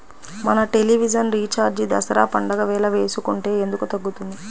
మన television recharge Dasara పండగ వేళ వేసుకుంటే ఎందుకు తగ్గుతుంది?